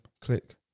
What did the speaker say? click